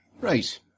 Right